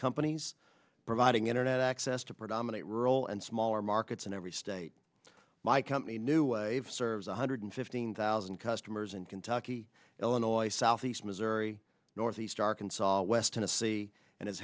companies providing internet access to predominate rural and smaller markets in every state my company new wave serves one hundred fifteen thousand customers in kentucky illinois southeast missouri northeast arkansas west tennessee and i